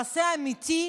מעשה אמיתי,